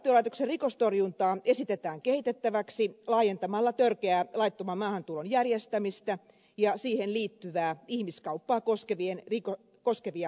rajavartiolaitoksen rikostorjuntaa esitetään kehitettäväksi laajentamalla törkeää laittoman maahantulon järjestämistä ja siihen liittyvää ihmiskauppaa koskevia rikostorjuntavaltuuksia